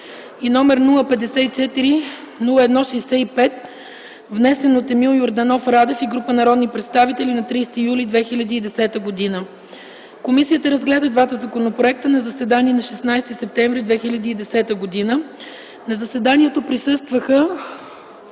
и № 054-01-65, внесен от Емил Йорданов Радев и група народни представители на 30 юли 2010 г. Комисията разгледа двата законопроекта на заседание на 16 септември 2010 г. На заседанието присъстваха